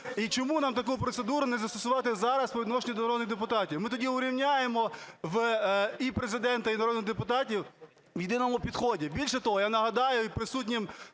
І чому нам таку процедуру не застосувати зараз по відношенню до народних депутатів? Ми тоді урівняємо і Президента, і народних депутатів в єдиному підході. Більше того, я нагадаю і присутнім